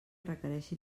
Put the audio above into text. requereixi